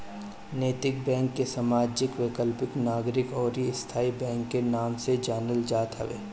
नैतिक बैंक के सामाजिक, वैकल्पिक, नागरिक अउरी स्थाई बैंक के नाम से जानल जात हवे